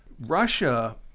Russia